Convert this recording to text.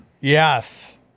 Yes